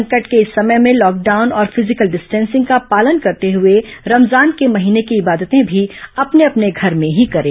संकट के इस समय में लॉकडाउन और फिर्रिजकल डिस्टेंसिंग का पालन करते हुए रमजान के महीने की इबादतें भी अपने अपने घर में ही करें